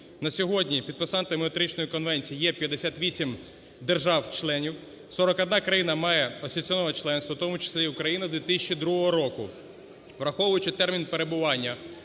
На сьогодні підписантами Метричної конвенції є 58 держав-членів, 41 країна має асоційоване членство, в тому числі і Україна 2002 року. Враховуючи термін перебування